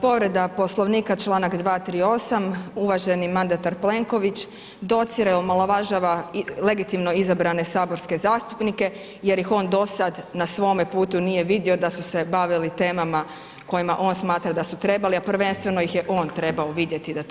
Povreda Poslovnika čl. 238., uvaženi mandatar Plenković docira i omalovažava legitimno izabrane saborske zastupnike jer ih on dosad na svome putu nije vidio da su se bavili temama kojima on smatra da su trebali, a prvenstveno ih je on trebao vidjeti da to čine.